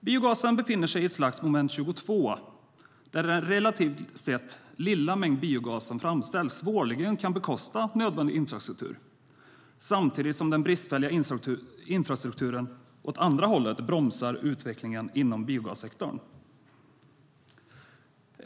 Biogasen befinner sig i ett slags moment 22 där den relativt sett lilla mängd biogas som framställs svårligen kan bekosta nödvändig infrastruktur - detta samtidigt som den bristfälliga infrastrukturen åt andra hållet bromsar utvecklingen inom biogassektorn.